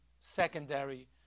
secondary